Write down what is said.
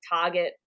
target